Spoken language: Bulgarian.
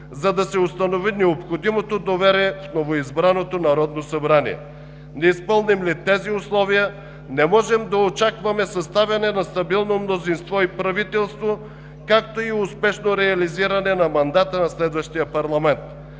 за да се установи необходимото доверие в новоизбраното Народно събрание. Не изпълним ли тези условия, не можем да очакваме съставяне на стабилно мнозинство и правителство, както и успешно реализиране на мандата на следващия парламент.